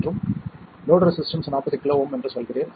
மற்றும் load resistance 40 kΩ என்று சொல்கிறேன்